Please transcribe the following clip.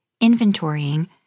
inventorying